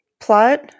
plot